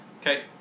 Okay